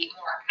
more